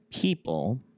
people